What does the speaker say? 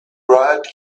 riot